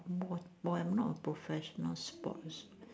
but but I am not a professional sports